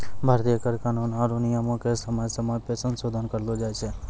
भारतीय कर कानून आरु नियमो के समय समय पे संसोधन करलो जाय छै